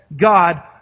God